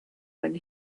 when